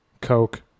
Coke